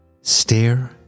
Stare